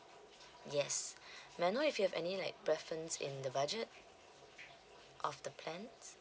yes may I know if you have any like preference in the budget of the plans